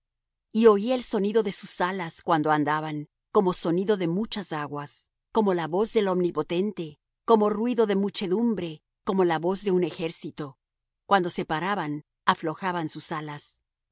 y oí el sonido de sus alas cuando andaban como sonido de muchas aguas como la voz del omnipotente como ruido de muchedumbre como la voz de un ejército cuando se paraban aflojaban sus alas